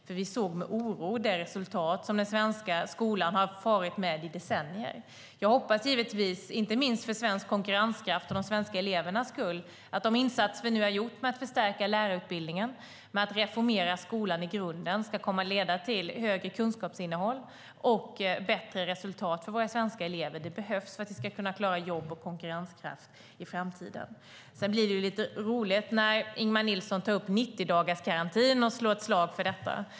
Vi såg nämligen med oro på det resultat som den svenska skolan har haft i decennier. Jag hoppas givetvis, inte minst för svensk konkurrenskraft och för de svenska elevernas skull, att de insatser som vi nu har gjort med att förstärka lärarutbildningen och att reformera skolan i grunden ska leda till högre kunskapsinnehåll och bättre resultat för våra svenska elever. Det behövs för att vi ska kunna klara jobb och konkurrenskraft i framtiden. Sedan blir det lite roligt när Ingemar Nilsson tar upp 90-dagarsgarantin och slår ett slag för den.